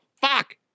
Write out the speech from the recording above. Fuck